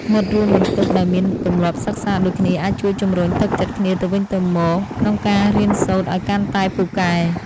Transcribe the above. មិត្តរួមបន្ទប់ដែលមានទម្លាប់សិក្សាដូចគ្នាអាចជួយជំរុញទឹកចិត្តគ្នាទៅវិញទៅមកក្នុងការរៀនសូត្រឱ្យកាន់តែពូកែ។